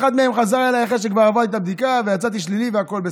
אחד מהם חזר אליי אחרי שכבר עברתי את הבדיקה ויצאתי שלילי והכול בסדר.